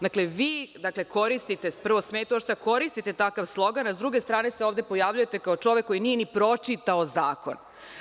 Dakle, vi koristite, prvo smeta što koristite takav slogan, a s druge strane se ovde pojavljujete kao čovek koji nije ni pročitao zakon.